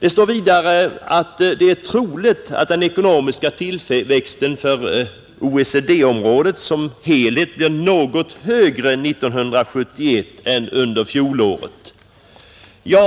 Det står vidare att det är troligt att den ekonomiska tillväxten för OECD-området som helhet är något högre 1971 än under fjolåret.